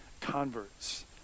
converts